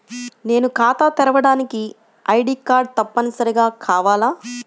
నేను ఖాతా తెరవడానికి ఐ.డీ కార్డు తప్పనిసారిగా కావాలా?